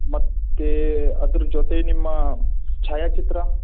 ಮತ್ತು ಅದ್ರ ಜೊತೆ ನಿಮ್ಮ ಛಾಯಾಚಿತ್ರ